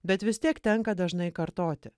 bet vis tiek tenka dažnai kartoti